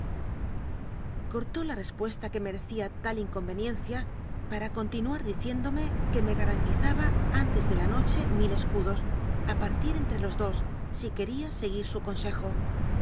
cortó la respuesta que merecía tal inconvenien cia para continuar diciéndome que me garantizaba antes de la noche mil escudos a partir entre los dos si quería seguir su consejo